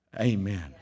Amen